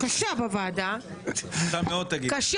לכן אם חלילה, חלילה, לא אומרת, מישהו מכם קיבל